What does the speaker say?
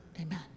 amen